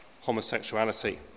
homosexuality